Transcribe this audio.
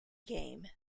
game